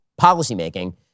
policymaking